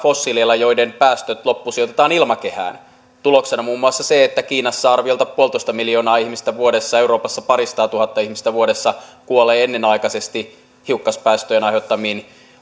fossiileilla joiden päästöt loppusijoitetaan ilmakehään tuloksena muun muassa se että kiinassa arviolta puolitoista miljoonaa ihmistä vuodessa ja euroopassa parisataatuhatta ihmistä vuodessa kuolee ennenaikaisesti hiukkaspäästöjen aiheuttamiin